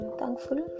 thankful